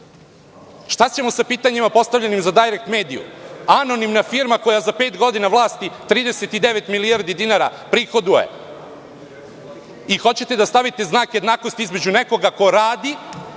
Šta ćemo sa pitanjima postavljenim za „Dajrekt mediju“? Anonimna firma koja za pet godina vlasti 39 milijardi dinara prihoduje. Hoćete da stavite znak jednakosti između nekoga ko radi